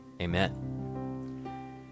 Amen